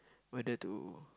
whether to